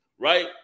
right